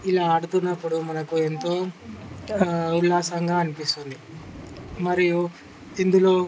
ఇలా ఆడుతున్నప్పుడు మనకు ఎంతో ఉల్లాసంగా అనిపిస్తుంది మరియు ఇందులో